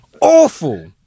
Awful